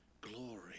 glory